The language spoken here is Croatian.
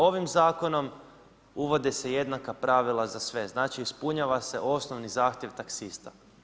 Ovim zakonom uvode se jednaka pravila za sve, znači ispunjava se osnovni zahtjev taksista.